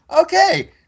okay